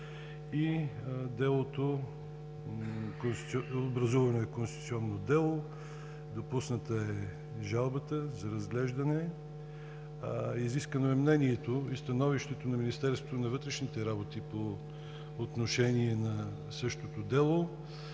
съд. Образувано е конституционно дело. Допусната е жалбата за разглеждане. Изискано е мнението и становището на Министерството на вътрешните работи по отношение на същото дело